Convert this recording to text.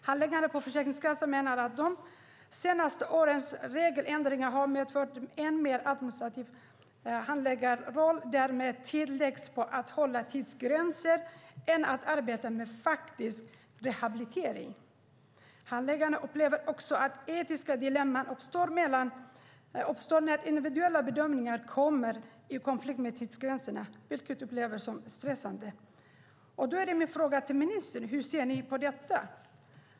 Handläggarna på Försäkringskassan menar att de senaste årens regeländringar har medfört en än mer administrativ handläggarroll där mer tid läggs på att hålla tidsgränser än på att arbeta med faktisk rehabilitering. Handläggarna upplever också att etiska dilemman uppstår när individuella bedömningar kommer i konflikt med tidsgränserna, vilket de upplever som stressande. Hur ser ministern på detta?